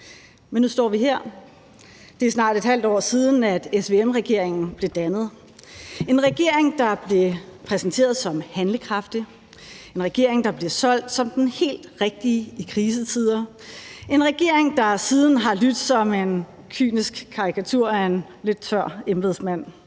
Men nu står vi her. Det er snart et halvt år siden, at SVM-regeringen blev dannet. Det er en regering, der blev præsenteret som handlekraftig. Det er en regering, der blev solgt som den helt rigtige i krisetider. Det er en regering, der siden har lydt som en kynisk karikatur af en lidt tør embedsmand.